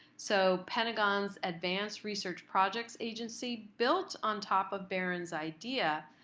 so pentagon's advanced research projects agency built on top of baran's idea,